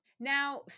Now